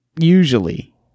Usually